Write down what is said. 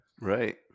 right